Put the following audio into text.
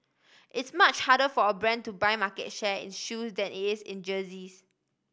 it's much harder for a brand to buy market share in shoes than it is in jerseys